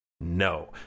No